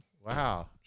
Wow